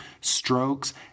strokes